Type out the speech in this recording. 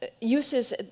uses